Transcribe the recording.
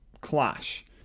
clash